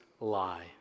lie